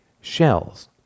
shells